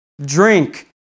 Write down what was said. drink